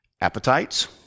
Appetites